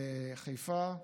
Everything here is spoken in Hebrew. בחיפה,